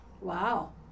Wow